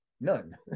none